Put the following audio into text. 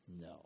No